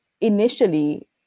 initially